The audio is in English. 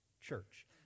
church